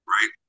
Right